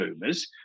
boomers